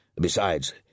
Besides